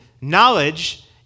Knowledge